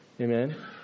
Amen